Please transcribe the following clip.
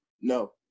No